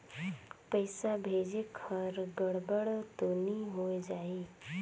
पइसा भेजेक हर गड़बड़ तो नि होए जाही?